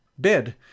bid